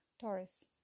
Taurus